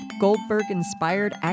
Goldberg-inspired